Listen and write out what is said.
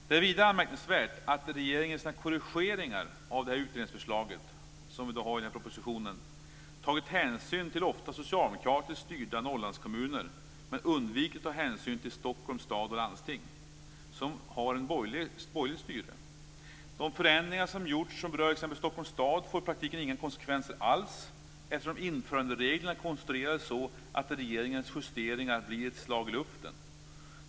Det är vidare anmärkningsvärt att regeringen i sina korrigeringar av utjämningsförslaget, som den har i propositionen, tagit hänsyn till ofta socialdemokratiskt styrda Norrlandskommuner men undvikit att ta hänsyn till Stockholms stad och landsting, som har borgerligt styre. De förändringar som gjorts och som berör t.ex. Stockholms stad får i praktiken inga konsekvenser alls, eftersom införandereglerna är konstruerade så att regeringens justeringar blir ett slag i luften.